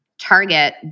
target